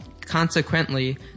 consequently